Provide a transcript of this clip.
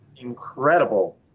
incredible